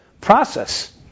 process